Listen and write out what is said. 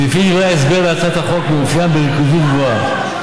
שלפי דברי ההסבר להצעת החוק מאופיין בריכוזיות גבוהה.